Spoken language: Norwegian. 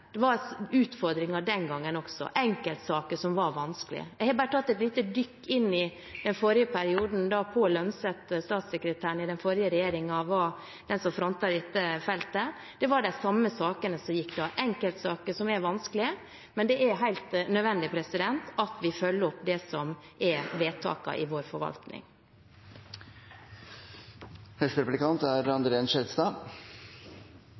Det var utfordringer den gangen også, enkeltsaker som var vanskelige. Jeg har bare tatt et lite dykk inn i den forrige perioden, da Pål Lønseth, statssekretæren i den forrige regjeringen, var den som frontet dette feltet. Det var de samme sakene som gikk igjen da: enkeltsaker som er vanskelige. Men det er helt nødvendig at vi følger opp det som er vedtakene i vår forvaltning.